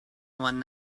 one